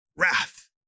wrath